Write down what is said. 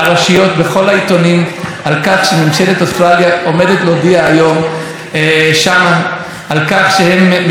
עומדת להודיע היום שם שהם נערכים להעברת השגרירות לירושלים.